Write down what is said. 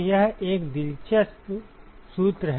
तो यह एक दिलचस्प सूत्र है